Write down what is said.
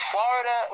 Florida